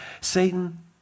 Satan